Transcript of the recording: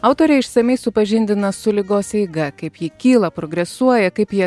autorė išsamiai supažindina su ligos eiga kaip ji kyla progresuoja kaip jie